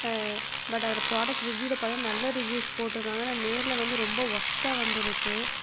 but அதோடய product ரிவ்யூவில் பார்த்திங்கன்னா நல்ல ரிவ்யூஸ் போட்டிருந்தாங்க ஆனால் நேரில் வந்து ரொம்ப ஒஸ்டாக வந்துருக்குது